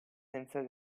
senza